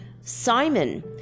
Simon